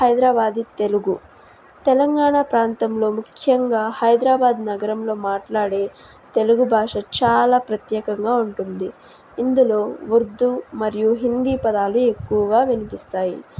హైదరాబాది తెలుగు తెలంగాణ ప్రాంతంలో ముఖ్యంగా హైదరాబాదు నగరంలో మాట్లాడే తెలుగు భాష చాలా ప్రత్యేకంగా ఉంటుంది ఇందులో ఉర్దూ మరియు హిందీ పదాలు ఎక్కువగా వినిపిస్తాయి